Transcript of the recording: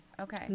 okay